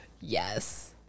Yes